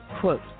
Quote